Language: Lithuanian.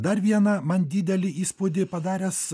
dar viena man didelį įspūdį padaręs